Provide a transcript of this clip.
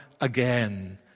again